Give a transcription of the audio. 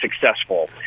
successful